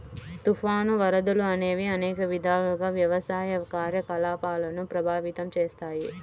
తుఫాను, వరదలు అనేవి అనేక విధాలుగా వ్యవసాయ కార్యకలాపాలను ప్రభావితం చేస్తాయి